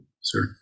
Sir